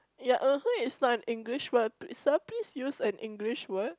yeah (uh huh) is not an English word sir please use an English word